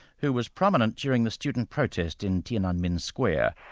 who was prominent during the student protest in tiananmen square.